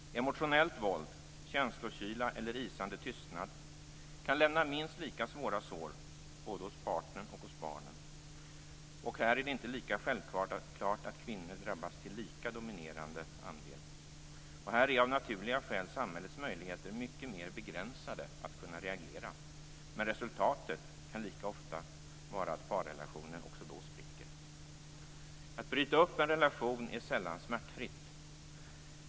Emotionellt våld, känslokyla eller isande tystnad kan lämna minst lika svåra sår, både hos partnern och hos barnen. Här är det inte lika självklart att kvinnor drabbas till lika dominerande del. Här är av naturliga skäl samhällets möjligheter att reagera mycket mer begränsade. Resultatet kan dock lika ofta vara att parrelationen spricker. Att bryta upp en relation är sällan smärtfritt.